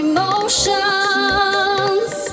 Emotions